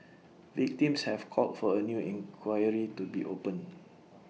victims have called for A new inquiry to be opened